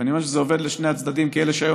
ואני אומר שזה עובד לשני הצדדים כי אלה שהיום